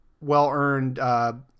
well-earned